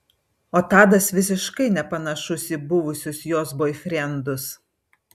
o tadas visiškai nepanašus į buvusius jos boifrendus